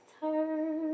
turn